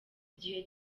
igihe